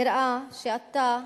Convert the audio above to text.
נראה שאתה,